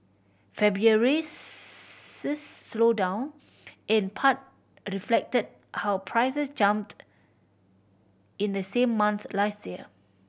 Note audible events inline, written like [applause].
February's [unintelligible] slowdown in part reflected how prices jumped in the same month last year